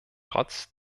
trotz